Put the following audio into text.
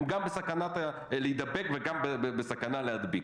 הם גם בסכנה להידבק וגם בסכנה להדביק.